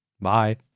Bye